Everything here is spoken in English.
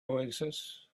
oasis